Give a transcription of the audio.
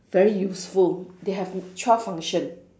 very useful they have twelve function